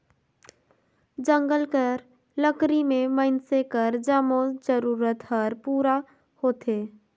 जंगल कर लकरी ले मइनसे कर जम्मो जरूरत हर पूरा होथे